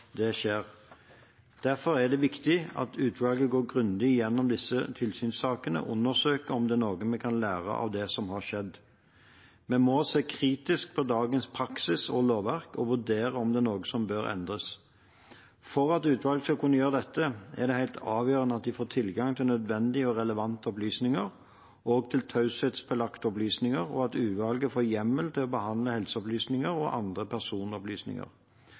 det skjer. Derfor er det viktig at utvalget går grundig igjennom disse tilsynssakene og undersøker om det er noe vi kan lære av det som har skjedd. Vi må se kritisk på dagens praksis og lovverk og vurdere om det er noe som bør endres. For at utvalget skal kunne gjøre dette, er det helt avgjørende at de får tilgang til nødvendige og relevante opplysninger, også til taushetsbelagte opplysninger, og at utvalget får hjemmel til å behandle helseopplysninger og andre personopplysninger.